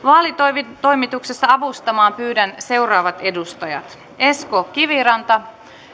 vaalitoimituksessa avustamaan pyydän seuraavat edustajat esko kiviranta